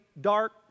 dark